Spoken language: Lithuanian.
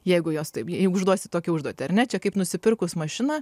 jeigu jos taip jeigu užduosi tokią užduotį ar ne čia kaip nusipirkus mašiną